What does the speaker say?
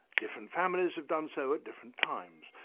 different families have done so at different times.